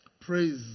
Praise